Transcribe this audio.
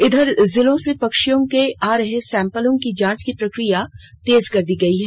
इधर जिलों से पक्षियों के आ रहे सैंपलों की जांच की प्रक्रिया तेज कर दी गई है